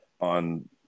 on